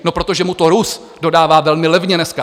No protože mu to Rus dodává velmi levně dneska.